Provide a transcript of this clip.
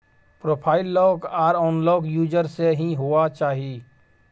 profile lock आर unlock user से ही हुआ चाहिए